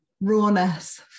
rawness